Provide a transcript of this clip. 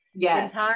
yes